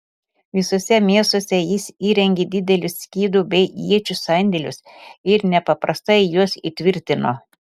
visuose miestuose jis įrengė didelius skydų bei iečių sandėlius ir nepaprastai juos įtvirtino